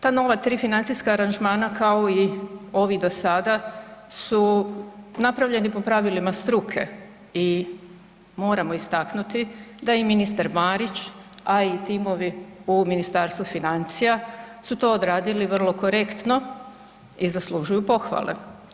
Ta nova tri financijska aranžmana kao i do sada su napravljeni po pravilima struke i moramo istaknuti da i ministar Marić, a i timovi u Ministarstvu financija su to odredili vrlo korektno i zaslužuju pohvale.